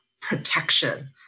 protection